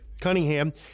Cunningham